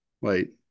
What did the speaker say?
wait